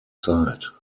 zeit